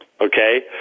Okay